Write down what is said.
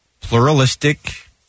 pluralistic